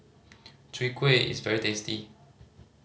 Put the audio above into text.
Chwee Kueh is very tasty